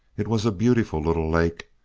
it was a beautiful little lake,